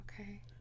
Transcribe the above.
okay